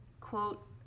quote